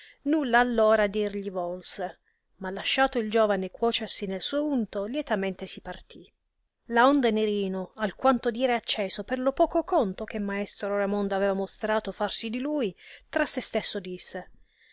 nulla allora dir gli volse ma lasciato il giovane cuocersi nel suo unto lietamente si partì laonde nerino alquanto d ira acceso per lo poco conto che maestro raimondo aveva mostrato farsi di lui tra se stesso disse